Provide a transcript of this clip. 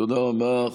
תודה רבה.